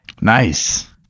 nice